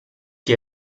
que